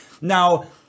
Now